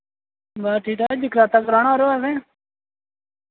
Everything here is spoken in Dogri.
बस ठीक ठाक जगराता कराना यरो असें